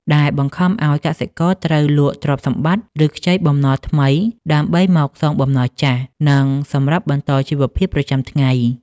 ដែលបង្ខំឱ្យកសិករត្រូវលក់ទ្រព្យសម្បត្តិ ឬខ្ចីបំណុលថ្មីដើម្បីមកសងបំណុលចាស់ និងសម្រាប់បន្តជីវភាពប្រចាំថ្ងៃ។